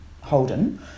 Holden